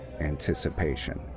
anticipation